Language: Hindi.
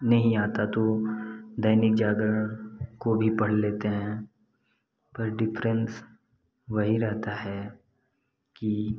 नहीं आता तो दैनिक जागरण को भी पढ़ लेते हैं पर डिफ्रेंस वही रहता है कि